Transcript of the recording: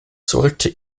sollte